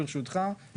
ברשותך,